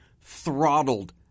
throttled